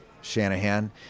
Shanahan